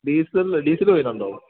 diesel diesel വരുന്നുണ്ടോ